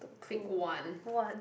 pick one